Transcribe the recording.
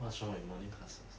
what's wrong with morning classes